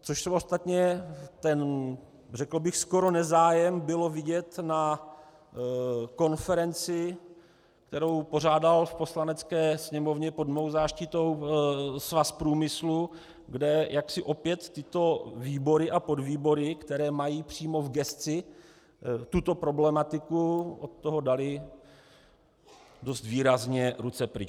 což ostatně ten řekl bych skoro nezájem bylo vidět na konferenci, kterou pořádal v Poslanecké sněmovně pod mou záštitou Svaz průmyslu, kde opět tyto výbory a podvýbory, které mají přímo v gesci tuto problematiku, od toho daly dost výrazně ruce pryč.